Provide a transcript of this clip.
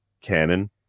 canon